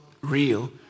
real